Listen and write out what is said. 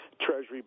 treasury